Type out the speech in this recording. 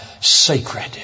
Sacred